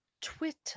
Twitter